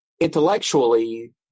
Intellectually